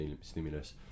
stimulus